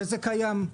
זה קיים.